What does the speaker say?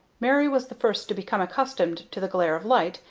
mary was the first to become accustomed to the glare of light,